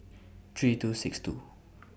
three two six two